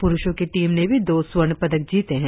प्रुषों की टीम ने भी दो स्वर्ण पदक जीते हैं